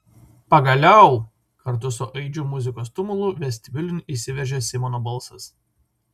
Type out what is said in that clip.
pagaliau kartu su aidžiu muzikos tumulu vestibiulin įsiveržė simono balsas